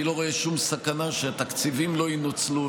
אני לא רואה שום סכנה שהתקציבים לא ינוצלו.